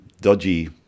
dodgy